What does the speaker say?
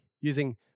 using